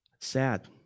Sad